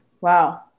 Wow